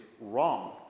wrong